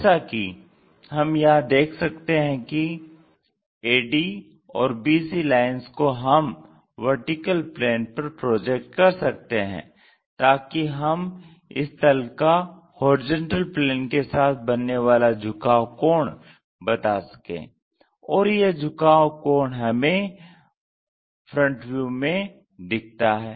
जैसा कि हम यहाँ देख सकते हैं कि AD और BC लाइन्स को हम VP पर प्रोजेक्ट कर सकते हैं ताकि हम इस तल का HP के साथ बनने वाला झुकाव कोण बता सकें और यह झुकाव कोण हमें FV में दिखता है